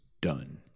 done